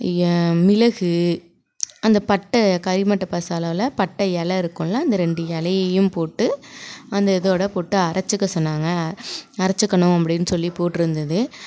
மிளகு அந்தப் பட்டை கரிமட்டை பசலால பட்டை இல இருக்கும்ல அந்த ரெண்டு இலயையும் போட்டு அந்த இதோட போட்டு அரைச்சிக்க சொன்னாங்க அரைச்சுக்கணும் அப்படினு சொல்லிப் போட்டுருந்துது